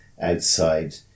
outside